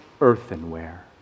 earthenware